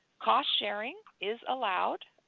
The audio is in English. cost sharing is allowed,